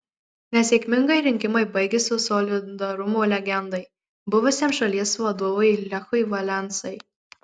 nesėkmingai rinkimai baigėsi solidarumo legendai buvusiam šalies vadovui lechui valensai